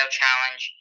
challenge